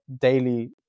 daily